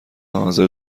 حاضر